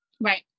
Right